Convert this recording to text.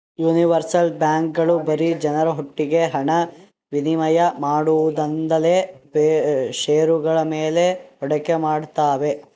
universal ಬ್ಯಾಂಕ್ಗಳು ಬರೀ ಜನರೊಟ್ಟಿಗೆ ಹಣ ವಿನಿಮಯ ಮಾಡೋದೊಂದೇಲ್ದೆ ಷೇರುಗಳ ಮೇಲೆ ಹೂಡಿಕೆ ಮಾಡ್ತಾವೆ